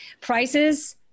prices